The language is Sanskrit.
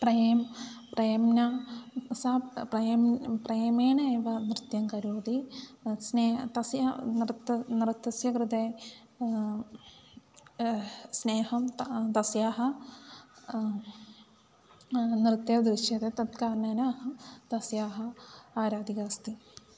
प्रेमः प्रेम्ना सा प्रायः प्रेम्ना एव नृत्यं करोति स्नेहः तस्य नृत्तं नृत्तस्य कृते स्नेहं तु तस्याः नृत्ये दृश्यते तत् कारणेन अहं तस्याः आराधिका अस्ति